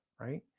right